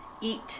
Eat